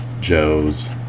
Joe's